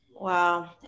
Wow